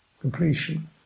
completion